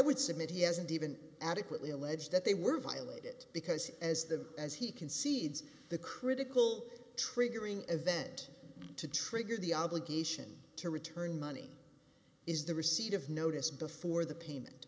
would submit he hasn't even adequately alleged that they were violated because as the as he concedes the critical triggering event to trigger the obligation to return money is the receipt of notice before the payment